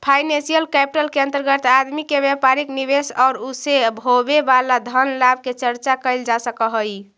financial capital के अंतर्गत आदमी के व्यापारिक निवेश औउर उसे होवे वाला धन लाभ के चर्चा कैल जा सकऽ हई